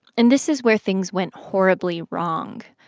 and this is where things went horribly wrong.